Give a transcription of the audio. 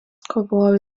kovojo